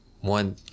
one